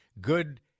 good